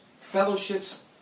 fellowships